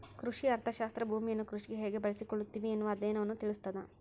ಕೃಷಿ ಅರ್ಥಶಾಸ್ತ್ರ ಭೂಮಿಯನ್ನು ಕೃಷಿಗೆ ಹೇಗೆ ಬಳಸಿಕೊಳ್ಳುತ್ತಿವಿ ಎನ್ನುವ ಅಧ್ಯಯನವನ್ನು ತಿಳಿಸ್ತಾದ